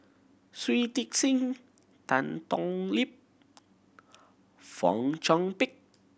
Shui Tit Sing Tan Thoon Lip Fong Chong Pik